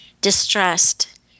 distressed